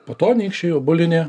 po to anykščiai obuolinė